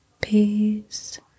peace